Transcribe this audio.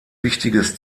wichtiges